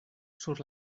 sur